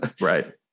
Right